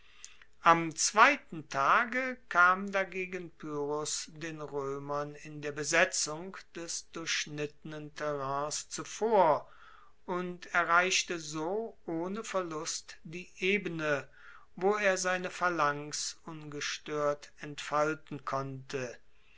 am zweiten tage kam dagegen pyrrhos den roemern in der besetzung des durchschnittenen terrains zuvor und erreichte so ohne verlust die ebene wo er seine phalanx ungestoert entfalten konnte